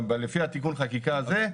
לפי תיקון החקיקה הזה,